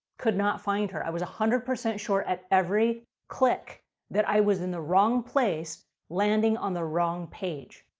could not find her. i was one hundred percent sure at every click that i was in the wrong place landing on the wrong page.